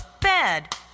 bed